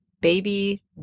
baby